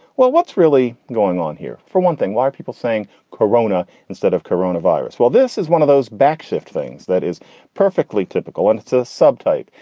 well, what's really going on here? for one thing, why are people saying corona instead of corona virus? well, this is one of those back shift things that is perfectly typical and it's a subtype.